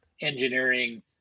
engineering